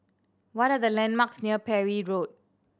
what are the landmarks near Parry Road